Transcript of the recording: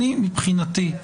מבחינתי,